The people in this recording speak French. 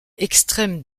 extrême